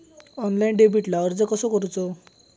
Online डेबिटला अर्ज कसो करूचो?